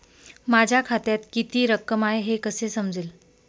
माझ्या खात्यात किती रक्कम आहे हे कसे समजेल?